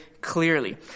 clearly